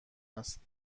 است